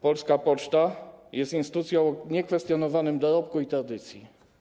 Poczta Polska jest instytucją o niekwestionowanym dorobku i tradycji.